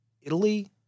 Italy